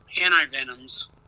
anti-venoms